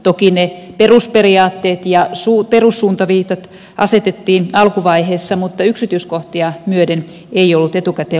toki ne perusperiaatteet ja perussuuntaviitat asetettiin alkuvaiheessa mutta yksityiskohtia myöten ei ollut etukäteen lopputulosta päätetty